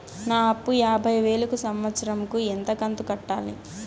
నా అప్పు యాభై వేలు కు సంవత్సరం కు ఎంత కంతు కట్టాలి?